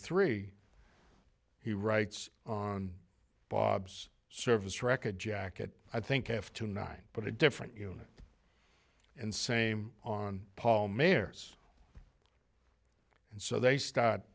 three he writes on bob's service record jacket i think i have twenty nine but a different you know and same on paul mayor's and so they start